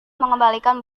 mengembalikan